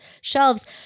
shelves